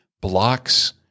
blocks